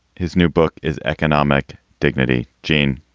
his new book is economic dignity. gene,